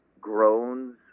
groans